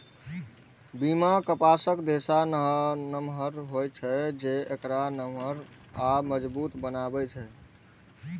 पीमा कपासक रेशा नमहर होइ छै, जे एकरा नरम आ मजबूत बनबै छै